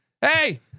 Hey